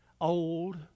old